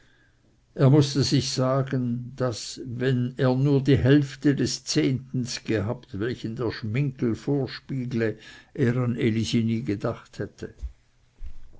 er mußte sich sagen daß wenn er nur die hälfte des zehntens gehabt welchen der schminggel vorspiegle er an elisi nie gedacht hätte